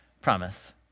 promise